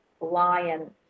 Lion